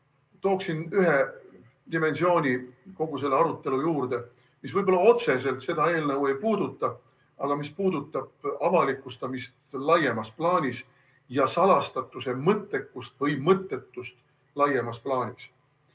ühe dimensiooni kogu selle arutelu juurde, mis võib-olla otseselt seda eelnõu ei puuduta, aga mis puudutab avalikustamist laiemas plaanis ja salastatuse mõttekust või mõttetust laiemas plaanis.